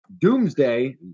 Doomsday